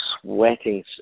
sweating